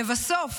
לבסוף,